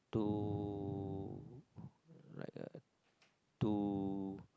to like a to